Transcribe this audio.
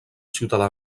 ciutadà